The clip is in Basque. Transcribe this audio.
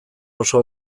oso